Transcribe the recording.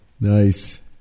nice